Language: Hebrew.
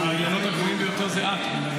האילנות הגבוהים ביותר זה את.